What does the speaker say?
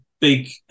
big